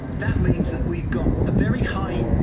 that means that we've got a very high